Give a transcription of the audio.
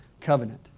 covenant